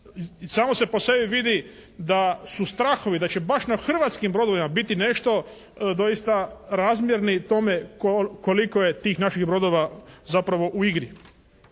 samo se po sebi vidi da su strahovi da će baš na hrvatskim brodovima biti nešto doista razmjerne i tome koliko je tih naših brodova zapravo u igri.